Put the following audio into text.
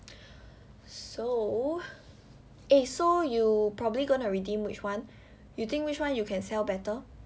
so eh so you probably gonna redeem which one you think which one you can sell better